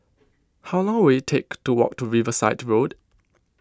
how long will it take to walk to Riverside Road